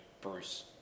Bruce